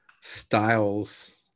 styles